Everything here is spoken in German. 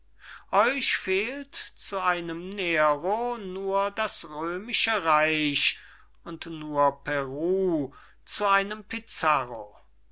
euch fehlt zu einem nero nur das römische reich und nur peru zu einem pizarro